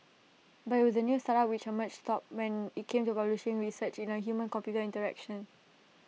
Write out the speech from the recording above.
but IT was the new startup which emerged top when IT came to publishing research in A humancomputer interactions